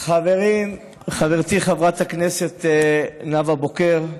חברים, חברתי חברת הכנסת נאוה בוקר,